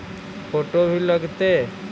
Photo भी लग तै?